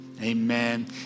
amen